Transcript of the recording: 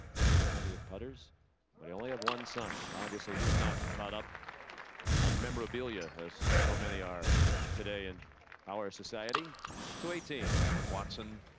i have plenty of putters. but i only have one son. so obviously he's not caught up on memorabilia has so many are today in our society to eighteen in watson.